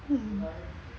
hmm